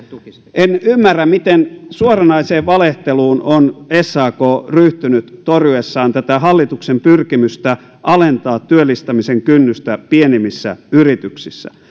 en ymmärrä miten suoranaiseen valehteluun on sak ryhtynyt torjuessaan tätä hallituksen pyrkimystä alentaa työllistämisen kynnystä pienimmissä yrityksissä